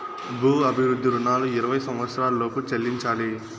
భూ అభివృద్ధి రుణాలు ఇరవై సంవచ్చరాల లోపు చెల్లించాలి